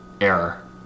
error